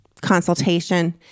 consultation